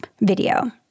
video